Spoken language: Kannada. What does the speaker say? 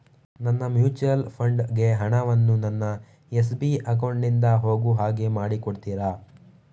ನನ್ನ ಮ್ಯೂಚುಯಲ್ ಫಂಡ್ ಗೆ ಹಣ ವನ್ನು ನನ್ನ ಎಸ್.ಬಿ ಅಕೌಂಟ್ ನಿಂದ ಹೋಗು ಹಾಗೆ ಮಾಡಿಕೊಡುತ್ತೀರಾ?